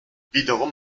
wiederum